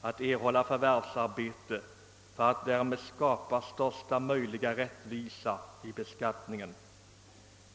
att erhålla förvärvsarbete, för att därigenom skapa största möjliga rättvisa vid beskattningen.